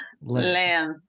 land